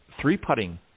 three-putting